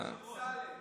אמסלם.